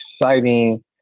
exciting